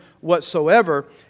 whatsoever